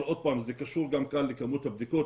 עוד פעם, זה קשור גם כאן לכמות הבדיקות.